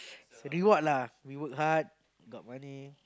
reward lah we work hard got money